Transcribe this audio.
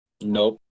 Nope